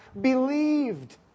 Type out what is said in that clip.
believed